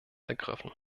ergriffen